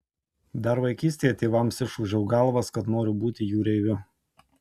dar vaikystėje tėvams išūžiau galvas kad noriu būti jūreiviu